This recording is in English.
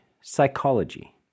psychology